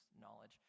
knowledge